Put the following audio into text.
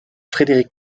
frédéric